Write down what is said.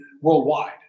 worldwide